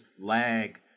lag